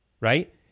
right